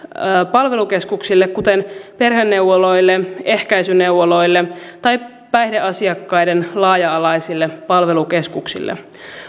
palvelukeskuksille kuten perheneuvoloille ehkäisyneuvoloille tai päihdeasiakkaiden laaja alaisille palvelukeskuksille